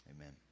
Amen